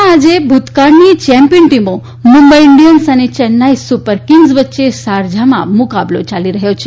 માં આજે ભૂતકાળની ચેમ્પિયન ટીમો મુંબઇ ઇન્ડિયન્સ અને ચેન્નાઇ સુપર કિંગ્ઝ વચ્ચે શારજાહમાં મુકાબલો ચાલુ છે